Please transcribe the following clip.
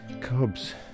cubs